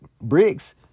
Bricks